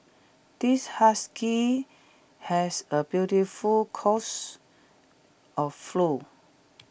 this husky has A beautiful coats of flu